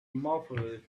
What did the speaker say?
muffled